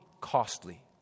costly